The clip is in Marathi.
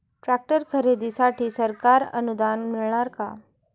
ट्रॅक्टर खरेदीसाठी सरकारी अनुदान मिळणार का?